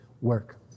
work